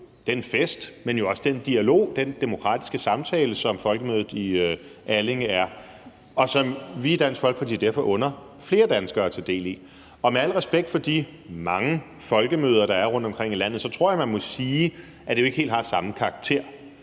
den dialog og den demokratiske samtale, som Folkemødet i Allinge er, og som vi i Dansk Folkeparti derfor under flere danskere at tage del i. Med al respekt for de mange folkemøder, der er rundtomkring i landet, tror jeg man må sige, at de ikke helt har den samme karakter.